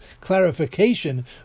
clarification